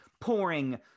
pouring